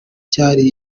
cyari